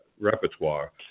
repertoire